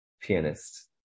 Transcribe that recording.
pianist